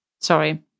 sorry